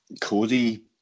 Cody